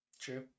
True